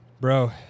Bro